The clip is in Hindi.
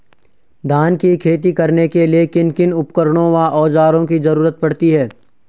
धान की खेती करने के लिए किन किन उपकरणों व औज़ारों की जरूरत पड़ती है?